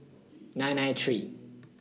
nine nine three